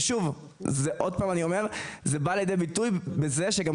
אני אומר שוב: זה בא לידי ביטוי בזה שגם